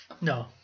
No